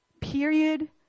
Period